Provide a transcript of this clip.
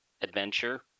adventure